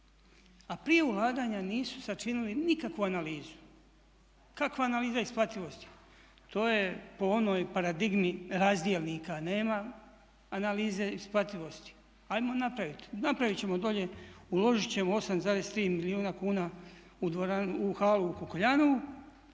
a prije ulaganja nisu sačinili nikakvu analizu. Kakva analiza isplativosti? To je po onoj paradigmi razdjelnika nema, analize isplativosti. Hajmo napraviti? Napravit ćemo dolje, uložit ćemo 8,3 milijuna kuna u halu u Kukuljanovu,